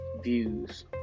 views